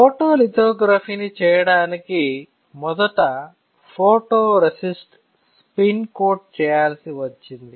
ఫోటోలిథోగ్రఫీని చేయటానికి మొదట photoresist spin coat చేయాల్సి వచ్చింది